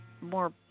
more